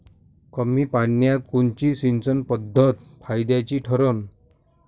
कमी पान्यात कोनची सिंचन पद्धत फायद्याची ठरन?